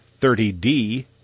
30D